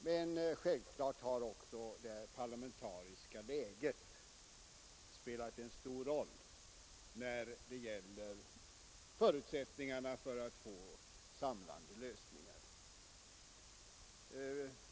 Men självfallet har också det parlamentariska läget spelat en stor roll när det gäller förutsättningarna för att nå samlande lösningar.